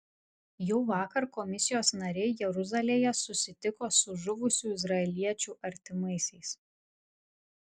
jau vakar komisijos nariai jeruzalėje susitiko su žuvusių izraeliečių artimaisiais